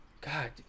God